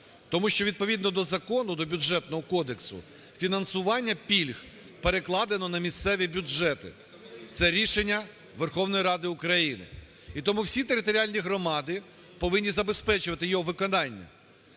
Тому що відповідно до закону, до Бюджетного кодексу фінансування пільг перекладено на місцеві бюджети (це рішення Верховної Ради України), і тому всі територіальні громади повинні забезпечувати його виконання.